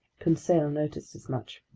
conseil noticed as much.